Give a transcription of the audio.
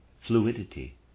fluidity